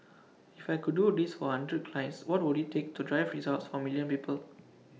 if I could do this for A hundred clients what would IT take to drive results for A million people